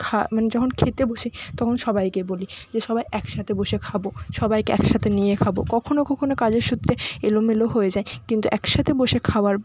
খা মানে যখন খেতে বসি তখন সবাইকে বলি যে সবাই একসাথে বসে খাবো সবাইকে একসাথে নিয়ে খাবো কখনও কখনও কাজের সূত্রে এলোমেলো হয়ে যায় কিন্তু একসাথে বসে খাওয়ার